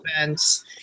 events